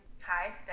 Hi